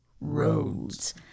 roads